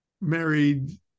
married